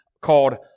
called